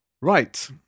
Right